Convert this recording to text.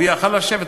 הוא היה יכול לשבת,